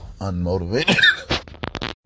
unmotivated